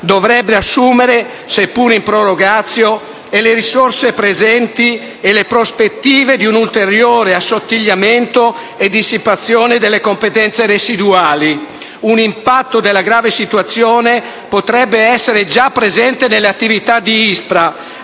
dovrebbe assumere, seppur in *prorogatio*, e le risorse presenti e le prospettive di un ulteriore assottigliamento e dissipazione delle competenze residuali. Un impatto della grave situazione potrebbe essere già presente nelle attività dell'ISPRA.